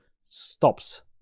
stops